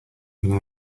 never